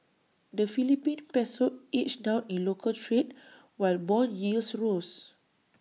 the Philippine Peso edged down in local trade while Bond yields rose